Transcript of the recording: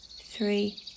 Three